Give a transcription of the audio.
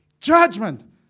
Judgment